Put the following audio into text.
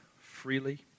freely